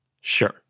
Sure